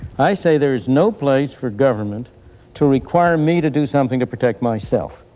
i say there is no place for government to require me to do something to protect myself.